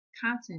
content